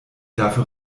dafür